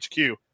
HQ